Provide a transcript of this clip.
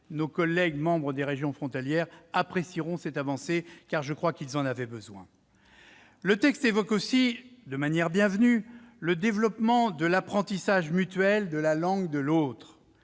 Nos collègues membres des régions concernées apprécieront cette avancée. Je pense qu'elle était nécessaire. Le texte évoque aussi, ce qui est bienvenu, le développement de l'apprentissage mutuel de la langue de l'autre.